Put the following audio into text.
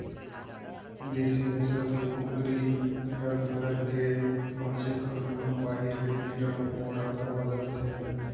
देसी नसल के कुकरी हर घर के बांचे खाना अउ बाहिर के कीरा मकोड़ा खावत रथे